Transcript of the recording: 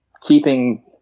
keeping